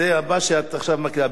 התשע"ב 2012,